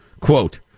Quote